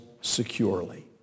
securely